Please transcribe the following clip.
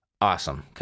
Awesome